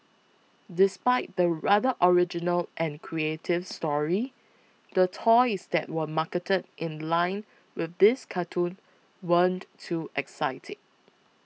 despite the rather original and creative story the toys that were marketed in line with this cartoon weren't too exciting